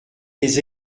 des